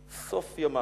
סוף ימיו.